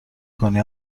کنی